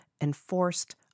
enforced